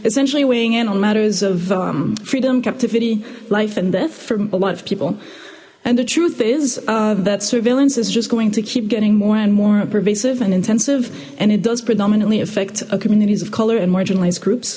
essentially weighing in on matters of freedom captivity life and death from a lot of people and the truth is that surveillance is just going to keep getting more and more pervasive and intensive and it does predominantly affect communities of color and marginalized groups